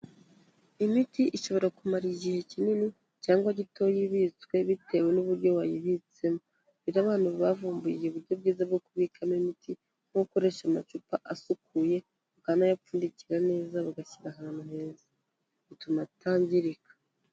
Imiti ishobora kumara igihe kinini cyangwa gitoya ibitswe bitewe n'uburyo wayibitsemo. Rero abantu bavumbuye uburyo bwiza bwo kubikamo imiti nko gukoresha amacupa asukuye bakanayapfundikira neza bagashyira ahantu heza. Bituma atangirika.